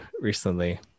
recently